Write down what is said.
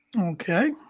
Okay